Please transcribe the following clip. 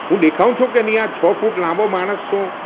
હું દેખાવ છું કે નહીં આ છ ફુટ લાંબો માણસ છું